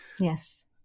Yes